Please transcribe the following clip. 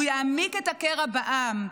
הוא יעמיק את הקרע בעם.